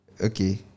Okay